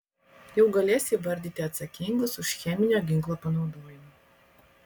jau galės įvardyti atsakingus už cheminio ginklo panaudojimą